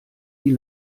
die